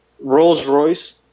Rolls-Royce